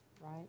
right